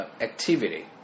activity